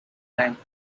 length